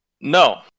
No